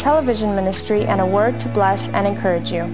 television ministry and a work to blast and encourage you